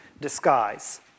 disguise